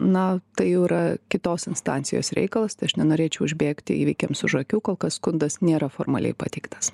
na tai jau yra kitos instancijos reikalas tai aš nenorėčiau užbėgti įvykiams už akių kol kas skundas nėra formaliai pateiktas